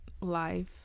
life